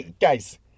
guys